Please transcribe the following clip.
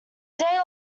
day